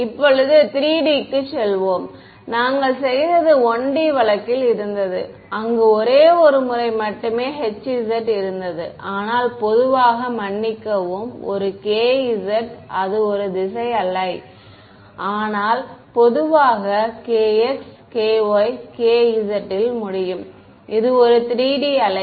இப்போது 3D க்குச் செல்வோம் நாங்கள் செய்தது 1D வழக்கில் இருந்தது அங்கு ஒரே ஒரு முறை மட்டுமே hz இருந்தது ஆனால் பொதுவாக மன்னிக்கவும் ஒரு kz அது ஒரு திசை அலை ஆனால் பொதுவாக kx ky kz இல் முடியும் இது ஒரு 3D அலை